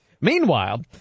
Meanwhile